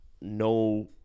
no